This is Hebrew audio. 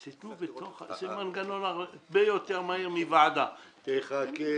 זה מנגנון הרבה יותר מהיר מוועדה תחכה,